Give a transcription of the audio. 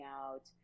out